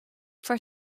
for